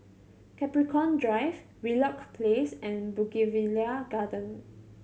Capricorn Drive Wheelock Place and Bougainvillea Garden